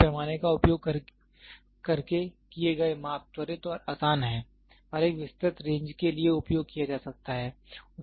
एक पैमाने का उपयोग करके किए गए माप त्वरित और आसान हैं और एक विस्तृत रेंज के लिए उपयोग किया जा सकता है